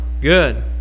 Good